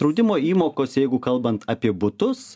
draudimo įmokos jeigu kalbant apie butus